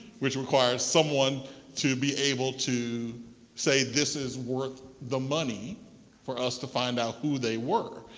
which requires someone to be able to say, this is worth the money for us to find out who they were.